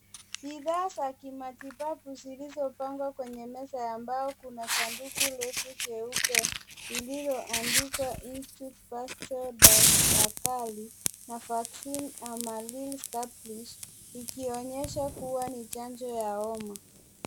Bidhaa za kimatibabau ilizopangwa kwenye meza ya mbao kuna sanduku refu jeupe lililoandikwa institut pastural dakar na vaccine ya amaril stabilizer ikionyesha kuwa ni chanjo ya homa.